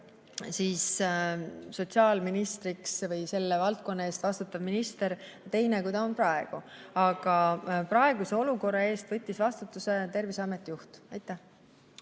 oli sotsiaalminister, või selle valdkonna eest vastutav minister, teine, kui ta on praegu. Aga praeguse olukorra eest võttis vastutuse Terviseameti juht. Aitäh!